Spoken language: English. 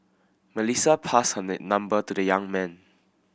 Melissa passed her number to the young man